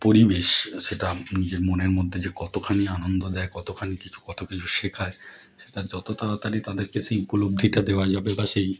পরিবেশ সেটা নিজের মনের মধ্যে যে কতখানি আনন্দ দেয় কতখানি কিছু কত কিছু শেখায় সেটা যত তাড়াতাড়ি তাদেরকে সেই উপলব্ধিটা দেওয়া যাবে বা সেই